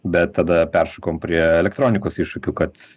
bet tada peršokom prie elektronikos iššūkių kad